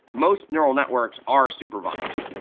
most neural networks are supervised.